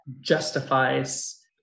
justifies